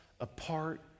apart